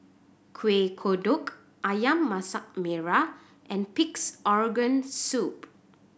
Kueh Kodok Ayam Masak Merah and Pig's Organ Soup